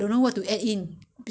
不够好吃 ah